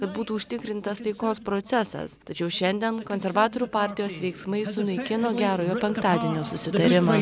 kad būtų užtikrintas taikos procesas tačiau šiandien konservatorių partijos veiksmai sunaikino gerojo penktadienio susitarimą